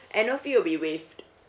annual fee will be waived